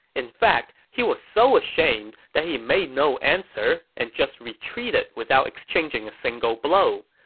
in fact, he was so ashamed that he made no answer and just retreated without exchanging a single blow.